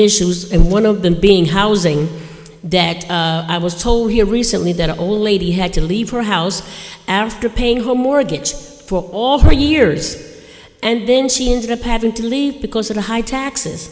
issues and one of them being housing debt i was told here recently that old lady had to leave her house after paying her mortgage for all her years and then she ended up having to leave because of the high taxes